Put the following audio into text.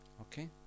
Okay